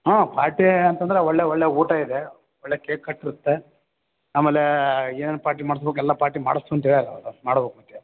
ಹ್ಞೂ ಪಾರ್ಟಿ ಅಂತಂದರೆ ಒಳ್ಳೆಯ ಒಳ್ಳೆಯ ಊಟ ಇದೆ ಒಳ್ಳೆಯ ಕೇಕ್ ಕಟ್ ಇರುತ್ತೆ ಆಮೇಲೆ ಏನೇನು ಪಾರ್ಟಿ ಮಾಡ್ಸ್ಬೇಕು ಎಲ್ಲ ಪಾರ್ಟಿ ಮಾಡಸ್ತ್ನಂತ ಹೇಳ್ಯರೆ ಅವರು ಮಾಡಬಕು